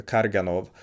Karganov